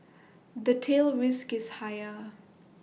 the tail risk is higher